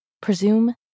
Presume